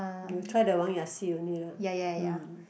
you try the Wang-Ya see only ah mm